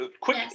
quick